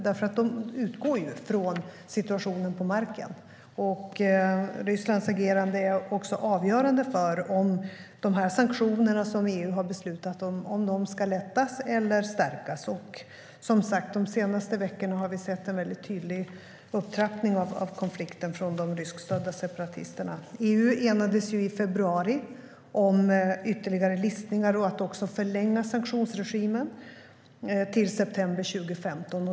De utgår från situationen på marken. Rysslands agerande är också avgörande för om de beslutade sanktionerna ska lättas eller stärkas. De senaste veckorna har vi sett en tydlig upptrappning av konflikten från de ryskstödda separatisterna. EU enades i februari om ytterligare listningar och att också förlänga sanktionsregimen till september 2015.